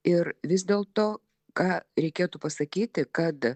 ir vis dėlto ką reikėtų pasakyti kad